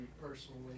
personally